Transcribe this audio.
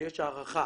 שיש הארכה